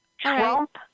Trump